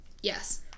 Yes